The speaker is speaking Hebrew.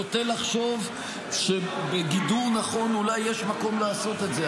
אני נוטה לחשוב שבגידור נכון אולי יש מקום לעשות את זה,